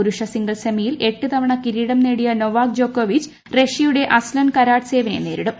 പുരുഷ സിംഗിൾസ് സെമിയിൽ എട്ട് തവണ കിരീടം നേടിയ നൊവാക് ജോക്കോവ്വിപ്പ് റഷ്യുടെ അസ്ലൻ കരാട്സേവിനെ നേരിടും